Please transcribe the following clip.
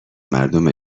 مردم